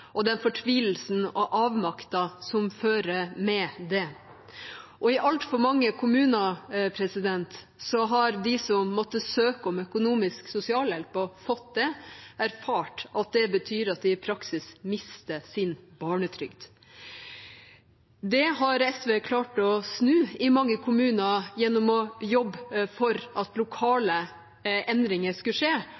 og sett den fortvilelsen og avmakten som følger med det. I altfor mange kommuner har de som har måttet søke om økonomisk sosialhjelp og fått det, erfart at det i praksis betyr at de mister sin barnetrygd. Det har SV klart å snu i mange kommuner gjennom å jobbe for at